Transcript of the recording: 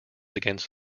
against